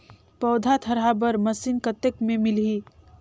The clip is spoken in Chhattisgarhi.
पौधा थरहा बर मशीन कतेक मे मिलही?